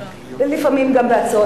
ולפעמים גם בהצעות